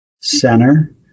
center